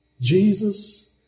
Jesus